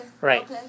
Right